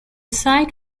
site